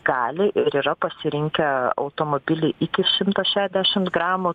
gali ir yra pasirinkę automobilį iki šimto šešiasdešims gramų